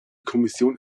kommission